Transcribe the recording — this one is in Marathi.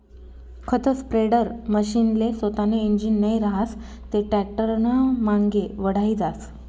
खत स्प्रेडरमशीनले सोतानं इंजीन नै रहास ते टॅक्टरनामांगे वढाई जास